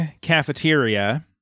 cafeteria